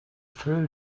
through